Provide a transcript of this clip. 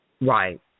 Right